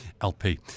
LP